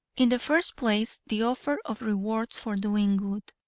in the first place the offer of rewards for doing good,